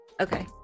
okay